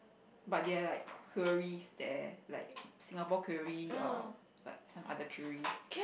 but there are like quarries there like Singapore quarry or some other quarry